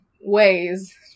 ways